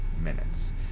minutes